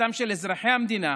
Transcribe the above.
הצלחתם של אזרחי המדינה,